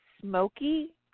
smoky